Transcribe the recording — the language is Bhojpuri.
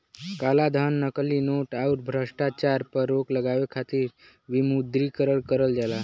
कालाधन, नकली नोट, आउर भ्रष्टाचार पर रोक लगावे खातिर विमुद्रीकरण करल जाला